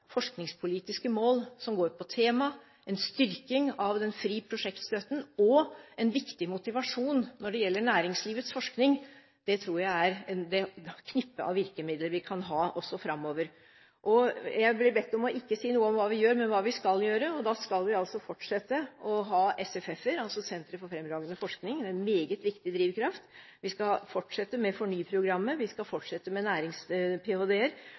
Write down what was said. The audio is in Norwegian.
forskningspolitiske mål som går på tema, en styrking av den frie prosjektstøtten og en viktig motivasjon når det gjelder næringslivets forskning, tror jeg er et knippe av virkemidler vi kan ha også framover. Jeg er blitt bedt om ikke å si noe om hva vi gjør, men hva vi skal gjøre. Vi skal fortsette å ha SFF-er, altså Sentre for fremragende forskning – en meget viktig drivkraft. Vi skal fortsette med FORNY-programmer. Vi skal fortsette med